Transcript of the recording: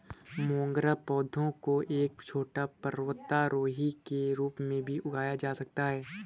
मोगरा पौधा को एक छोटे पर्वतारोही के रूप में भी उगाया जा सकता है